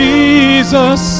Jesus